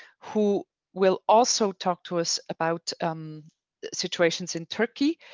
who will also talk to us about um situations in turkey.